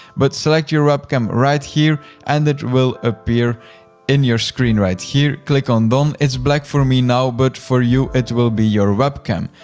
but select your webcam right here and it will appear in your screen right here. click on done. it's black for me now, but for you it will be your webcam.